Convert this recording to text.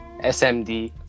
smd